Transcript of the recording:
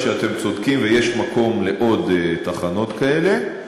שאתם צודקים ויש מקום לעוד תחנות כאלה,